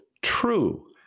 True